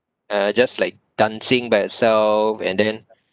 uh just like dancing by herself and then